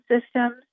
systems